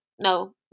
no